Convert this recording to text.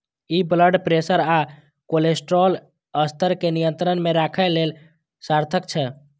ई blood pressure आ cholesterol स्तर कें नियंत्रण मे राखै लेल सार्थक छै